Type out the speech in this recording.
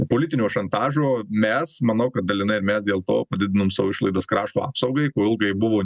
politinio šantažo mes manau kad dalinai ir mes dėl to padidinom savo išlaidas krašto apsaugai ko ilgai buvo